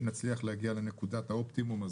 אם נצליח לנקודת האופטימום,